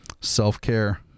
Self-care